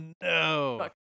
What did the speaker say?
no